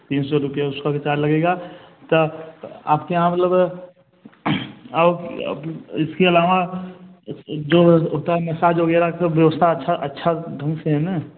तीन सौ रुपये उसका भी चार्ज लगेगा आपके यहाँ मतलब उसके अलावा जो होता है मसाज वग़ैरा का अच्छे अच्छे ढंग से हैं ना